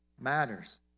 matters